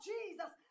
Jesus